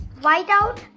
whiteout